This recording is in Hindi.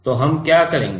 तो हम क्या करेंगे